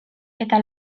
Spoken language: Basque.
eta